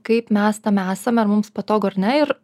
kaip mes tame esame ar mums patogu ar ne ir